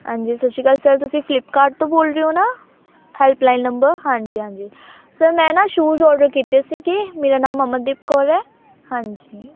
ਹਾਂਜੀ ਸਤਿ ਸ਼੍ਰੀ ਅਕਾਲ ਸਰ ਤੁਸੀਂ ਫਲਿੱਪਕਾਰਟ ਤੋਂ ਬੋਲ ਰਹੇ ਹੋ ਨਾ ਹੈਲਪਲਾਈਨ ਨੰਬਰ ਹਾਂਜੀ ਹਾਂਜੀ ਸਰ ਮੈਂ ਨਾ ਸ਼ੂਜ ਔਡਰ ਕੀਤੇ ਸੀ ਕਿ ਮੇਰਾ ਨਾਮ ਅਮਨਦੀਪ ਕੌਰ ਹੈ ਹਾਂਜੀ